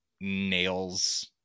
nails